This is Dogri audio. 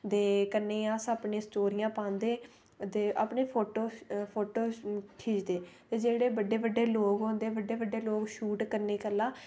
ते कन्नै अस अपनियां स्टोरियां पांदे ते अपने फोटो खिचदे ते जेह्ड़े बड्डे बड्डे लोग होंदे बड्डे बड्डे लोग शूट करने गल्लां